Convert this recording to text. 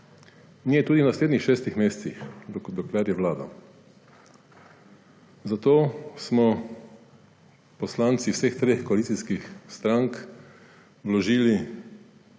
je tudi v naslednjih šestih mesecih, dokler je vladal. Zato smo poslanci vseh treh koalicijskih strank vložili